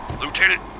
Lieutenant